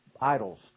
idols